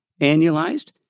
annualized